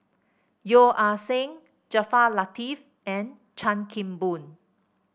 Yeo Ah Seng Jaafar Latiff and Chan Kim Boon